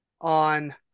on